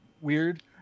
weird